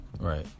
right